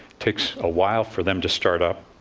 takes a while for them to start up.